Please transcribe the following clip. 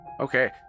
Okay